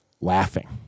laughing